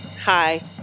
Hi